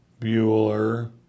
Bueller